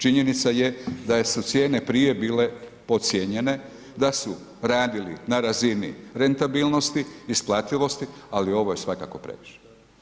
Činjenica je da su cijene prije bile podcijenjene, da su radili na razini rentabilnosti, isplativosti, ali ovo je svakako previše.